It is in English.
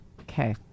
okay